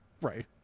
Right